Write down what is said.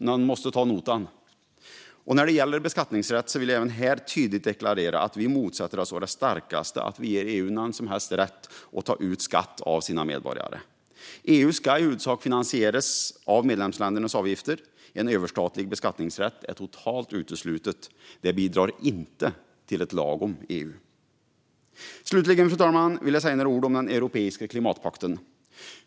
Någon måste ta notan. När det gäller beskattningsrätt vill jag tydligt deklarera att vi å det starkaste motsätter oss att vi ger EU någon som helst rätt att ta ut skatt av sina medborgare. EU ska i huvudsak finansieras av medlemsländernas avgifter. En överstatlig beskattningsrätt är totalt utesluten. Det bidrar inte till ett lagom EU. Slutligen, fru talman, vill jag säga några ord om den europeiska klimatpakten.